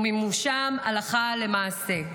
ומימושן הלכה למעשה.